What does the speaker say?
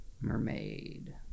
Mermaid